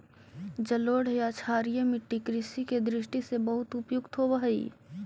जलोढ़ या क्षारीय मट्टी कृषि के दृष्टि से बहुत उपयुक्त होवऽ हइ